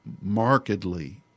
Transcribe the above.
markedly